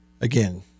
Again